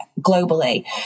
globally